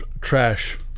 trash